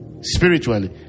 spiritually